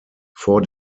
four